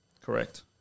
Correct